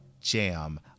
jam